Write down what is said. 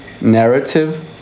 narrative